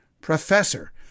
professor